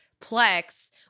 Plex